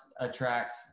attracts